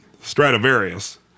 Stradivarius